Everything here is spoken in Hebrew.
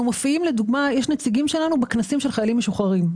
לדוגמה, יש נציגים שלנו בכנסים לחיילים משוחררים.